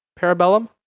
Parabellum